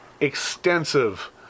extensive